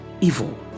evil